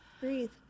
breathe